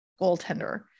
goaltender